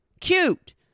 cute